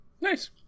Nice